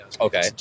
okay